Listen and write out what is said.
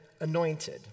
anointed